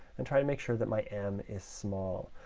and try to make sure that my m is small.